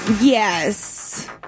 Yes